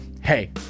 hey